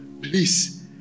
please